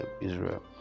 Israel